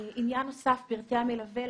עניין נוסף הוא פרטי המלווה.